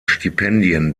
stipendien